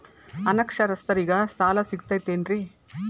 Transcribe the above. ಅನಕ್ಷರಸ್ಥರಿಗ ಸಾಲ ಸಿಗತೈತೇನ್ರಿ?